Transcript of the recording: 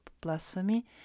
blasphemy